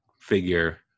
figure